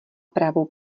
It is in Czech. pravou